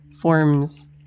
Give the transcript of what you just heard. forms